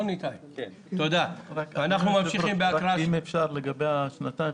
אם אפשר לגבי השנתיים